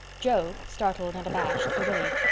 joe, startled and abashed, obeyed.